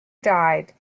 died